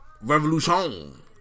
Revolution